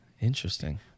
Interesting